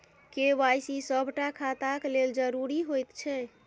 KYC सभटा खाताक लेल जरुरी होइत छै